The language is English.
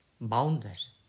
boundless